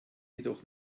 jedoch